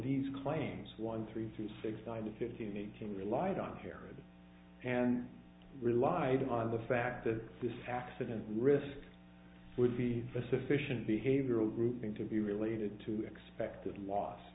these claims one three three six nine to fifteen eighteen relied on here and relied on the fact that this accident risk would be a sufficient behavioral grouping to be related to expected loss